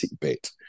bit